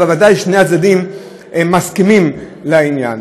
אבל ודאי שני הצדדים מסכימים לעניין.